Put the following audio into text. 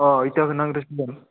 अ इथाखौ नांग्रोसिनगोन